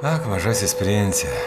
ak mažasis prince